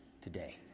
today